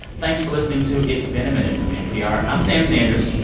thanks for listening to it's been a minute from npr. i'm sam sanders.